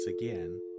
again